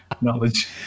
knowledge